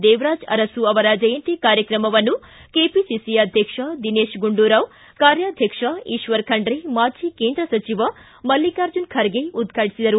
ದೇವರಾಜ ಅರಸು ಅವರ ಜಯಂತಿ ಕಾರ್ಯಕ್ರಮವನ್ನು ಕೆಪಿಸಿಸಿ ಅಧ್ವಕ್ಷ ದಿನೇತ್ ಗುಂಡೂರಾವ್ ಕಾರ್ಯಾಧ್ವಕ್ಷ ಕಿಶ್ವರ್ ಖಂಡ್ರೆ ಮಾಜಿ ಕೇಂದ್ರ ಸಚಿವ ಮಲ್ಲಿಕಾರ್ಜುನ್ ಖರ್ಗೆ ಉದ್ವಾಟಿಸಿದರು